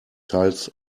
teils